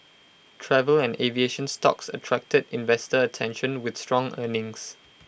travel and aviation stocks attracted investor attention with strong earnings